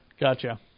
gotcha